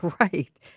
right